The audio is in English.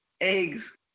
eggs